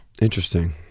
Interesting